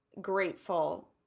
grateful